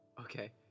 okay